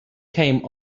came